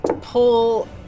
pull